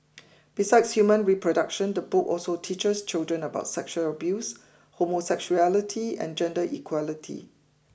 besides human reproduction the book also teaches children about sexual abuse homosexuality and gender equality